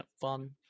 fun